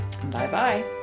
Bye-bye